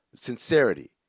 sincerity